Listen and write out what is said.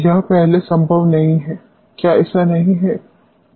यह पहले संभव नहीं है क्या ऐसा नहीं है